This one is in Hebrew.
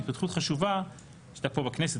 התפתחות חשובה שהייתה פה בכנסת,